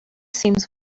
seems